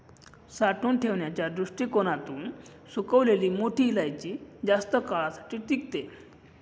साठवून ठेवण्याच्या दृष्टीकोणातून सुकलेली मोठी इलायची जास्त काळासाठी टिकते